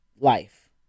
life